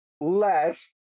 less